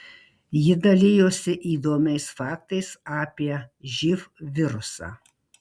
ji dalijosi įdomiais faktais apie živ virusą